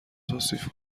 توصیف